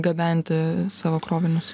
gabenti savo krovinius